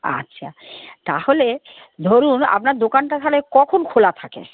আচ্ছা তাহলে ধরুন আপনার দোকানটা থালে কখন খোলা থাকে